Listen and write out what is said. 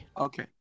Okay